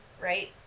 Right